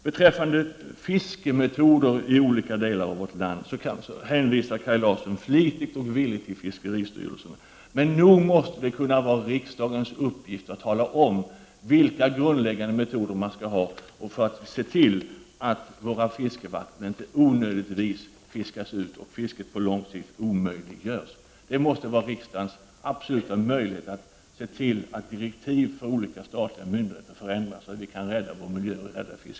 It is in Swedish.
Beträffande fiskemetoder i olika delar av vårt land hänvisar Kaj Larsson flitigt och villigt till fiskeristyrelsen, men det måste kunna vara riksdagens uppgift att tala om vilka grundläggande metoder som skall användas för att våra fiskevatten inte onödigtvis fiskas ut och fisket på lång sikt omöjliggörs. Det måste vara riksdagens absoluta möjlighet att se till att direktiv för olika statliga myndigheter förändras och att miljön och fisket kan räddas.